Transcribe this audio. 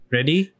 Ready